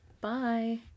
Bye